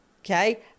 okay